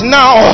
now